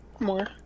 More